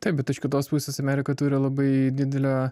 taip bet iš kitos pusės amerika turi labai didelę